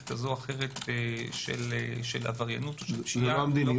כזו או אחרת של עבריינות או פשיעה.